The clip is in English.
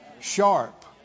sharp